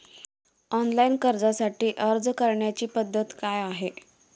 Online कर्जासाठी अर्ज करण्याची पद्धत काय आहे?